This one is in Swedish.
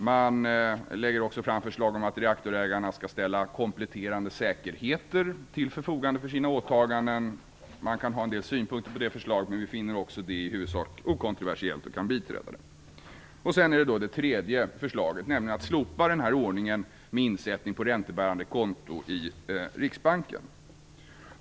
Man lägger också fram förslag om att reaktorägarna skall ställa kompletterande säkerheter till förfogande för sina åtaganden. Man kan ha en del synpunkter på det förslaget, men vi finner också det i huvudsak okontroversiellt och kan biträda det. Sedan är det då det tredje förslaget, nämligen att slopa ordningen med insättningen på räntebärande konto i Riksbanken.